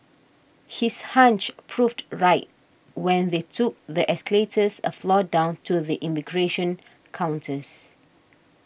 his hunch proved right when they took the escalators a floor down to the immigration counters